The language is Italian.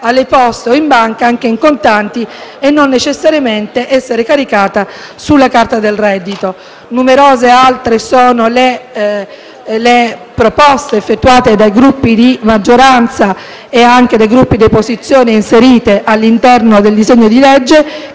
alle Poste o in banca anche in contanti e non necessariamente essere caricata sulla carta del reddito. Numerose altre sono le proposte effettuate dai Gruppi di maggioranza e dai Gruppi di opposizione inserite all'interno del disegno di legge